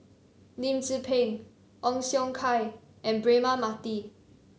Lim Tze Peng Ong Siong Kai and Braema Mathi